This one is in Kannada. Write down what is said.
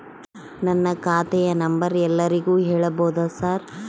ನನ್ನ ಖಾತೆಯ ನಂಬರ್ ಎಲ್ಲರಿಗೂ ಹೇಳಬಹುದಾ ಸರ್?